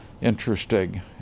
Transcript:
interesting